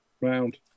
round